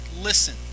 listen